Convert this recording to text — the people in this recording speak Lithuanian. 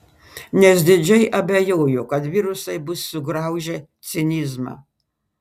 nes didžiai abejoju kad virusai bus sugraužę cinizmą